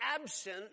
absent